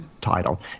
title